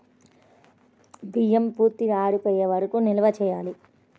బియ్యం పూర్తిగా ఆరిపోయే వరకు నిల్వ చేయాలా?